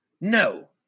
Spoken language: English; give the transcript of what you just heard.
no